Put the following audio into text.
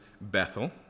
Bethel